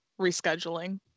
rescheduling